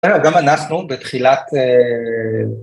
אבל גם אנחנו בתחילת...